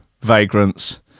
vagrants